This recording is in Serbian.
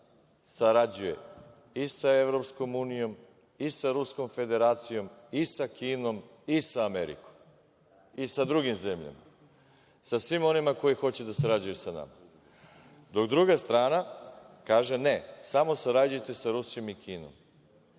sarađuje i sa EU, i sa Ruskom Federacijom, i sa Kinom, i sa Amerikom, i sa drugim zemljama, sa svima onima koji hoće da sarađuju sa nama. Dok druga strana, kaže – ne, samo sarađujte sa Rusijom i Kinom.